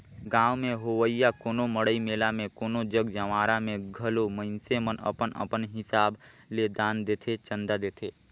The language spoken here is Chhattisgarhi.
गाँव में होवइया कोनो मड़ई मेला कोनो जग जंवारा में घलो मइनसे मन अपन अपन हिसाब ले दान देथे, चंदा देथे